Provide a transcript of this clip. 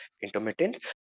intermittent